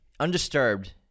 undisturbed